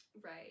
Right